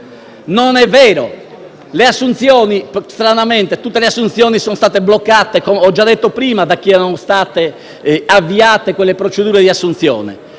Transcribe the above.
Stranamente, tutte le assunzioni sono state bloccate (ho già detto prima da chi erano state avviate quelle procedure di assunzione);